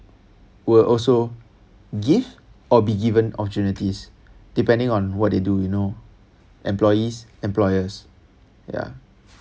will also give or be given opportunities depending on what they do you know employees employers ya